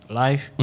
life